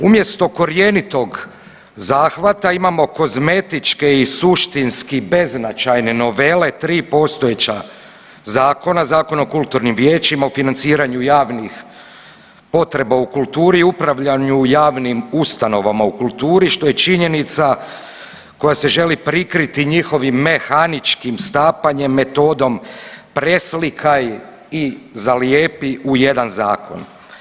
Umjesto korjenitog zahvata imamo kozmetičke i suštinski beznačajne novele tri postojeća zakona, Zakona o kulturnim vijećima, o financiranju javnih potreba u kulturi i upravljanju javnim ustanovama u kulturi što je činjenica koja se želi prikriti njihovim mehaničkim stapanjem metodom preslikaj i zalijepi u jedan zakon.